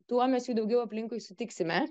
tuo mes jų daugiau aplinkui sutiksime